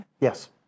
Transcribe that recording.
Yes